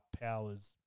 powers